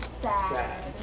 sad